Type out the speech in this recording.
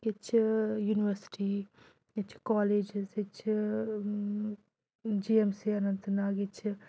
ییٚتہِ چھِ یوٗنیورسٹی ییٚتہِ چھِ کالیجِز ییٚتہِ چھِ G M C Anantnag ییٚتہِ چھِ